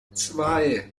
zwei